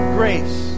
grace